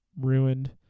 ruined